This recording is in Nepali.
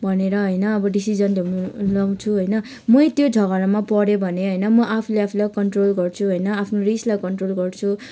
भनेर डिसिजन लिनु लाउँछु होइन मै त्यो झगडामा परे भने म आफूले आफूलाई कन्ट्रोल गर्छु आफ्नो रिसलाई कन्ट्रोल गर्छु